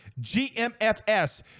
GMFS